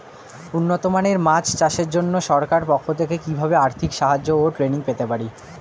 উন্নত মানের মাছ চাষের জন্য সরকার পক্ষ থেকে কিভাবে আর্থিক সাহায্য ও ট্রেনিং পেতে পারি?